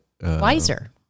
Wiser